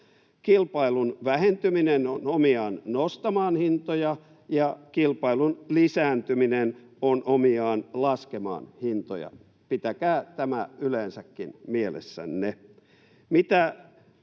Kilpailun vähentyminen on omiaan nostamaan hintoja, ja kilpailun lisääntyminen on omiaan laskemaan hintoja. Pitäkää tämä yleensäkin mielessänne.